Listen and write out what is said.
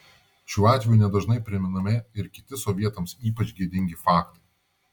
šiuo atveju ne dažnai priminami ir kiti sovietams ypač gėdingi faktai